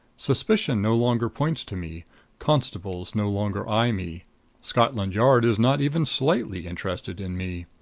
suspicion no longer points to me constables no longer eye me scotland yard is not even slightly interested in me.